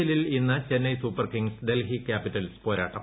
എല്ലിൽ ഇന്ന് Chennai super kings Delhi capitals പോരാട്ടം